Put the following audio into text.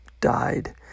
died